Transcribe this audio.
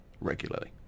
regularly